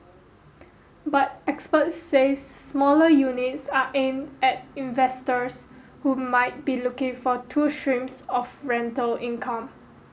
but experts say smaller units are aimed at investors who might be looking for two streams of rental income